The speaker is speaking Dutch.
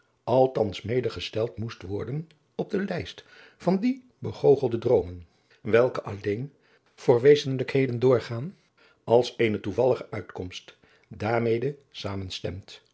mede gesteld moest worden op de lijst van die begoochelende droomen welke alleen voor adriaan loosjes pzn het leven van maurits lijnslager wezenlijkheden doorgaan als eene toevallige uitkomst daarmede